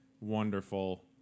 wonderful